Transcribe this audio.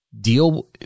deal